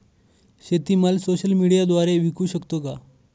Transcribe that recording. शेतीमाल सोशल मीडियाद्वारे विकू शकतो का?